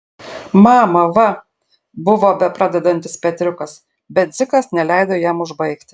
mama va buvo bepradedantis petriukas bet dzikas neleido jam užbaigti